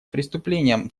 преступлением